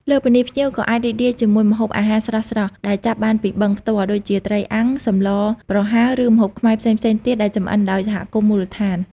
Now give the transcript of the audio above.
លើសពីនេះ ភ្ញៀវក៏អាចរីករាយជាមួយម្ហូបអាហារស្រស់ៗដែលចាប់បានពីបឹងផ្ទាល់ ដូចជាត្រីអាំង សម្លប្រហើរ ឬម្ហូបខ្មែរផ្សេងៗទៀតដែលចម្អិនដោយសហគមន៍មូលដ្ឋាន។